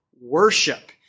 worship